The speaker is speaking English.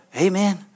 Amen